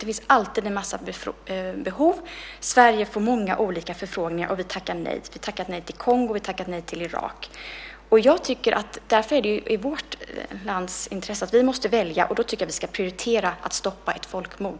Det finns alltid en massa behov. Sverige får många olika förfrågningar, och vi tackar nej. Vi tackade nej till Kongo; vi tackade nej till Irak. Därför är det i vårt lands intresse att välja, och då tycker jag att vi ska prioritera att stoppa ett folkmord.